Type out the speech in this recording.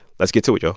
let's get to it, y'all